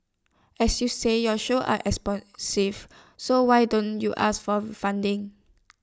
as you said your shows are expensive so why don't you ask for funding